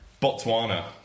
Botswana